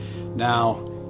now